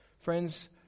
Friends